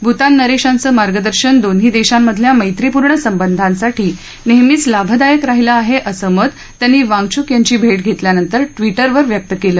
भूतान नरेशांचं मार्गदर्शन दोन्ही देशांमधल्या मैत्रिपूर्ण संबंधांसाठी नेहमीच लाभदायक राहिलं आहे असं मत त्यांनी वांगचूक यांची भेट घेतल्यानंतर ट्वीटरवर व्यक्त केलं